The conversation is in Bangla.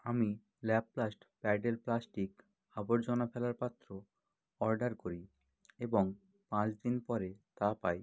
আমি ল্যাপ্লাস্ট প্যাডেল প্লাস্টিক আবর্জনা ফেলার পাত্র অর্ডার করি এবং পাঁচ দিন পরে তা পাই